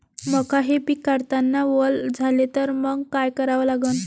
मका हे पिक काढतांना वल झाले तर मंग काय करावं लागन?